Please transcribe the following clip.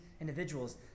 individuals